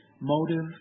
Motive